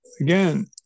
again